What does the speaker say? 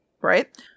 Right